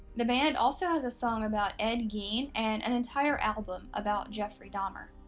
the band also has a song about ed gein and an entire album about jeffrey dahmer.